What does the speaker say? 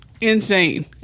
Insane